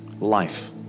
life